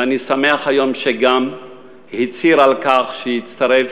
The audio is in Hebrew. ואני שמח היום שהוא גם הצהיר על כך שיצטרף